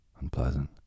Unpleasant